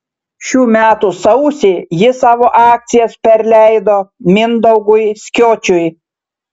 šių metų sausį ji savo akcijas perleido mindaugui skiočiui